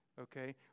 Okay